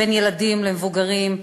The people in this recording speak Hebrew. בין ילדים למבוגרים,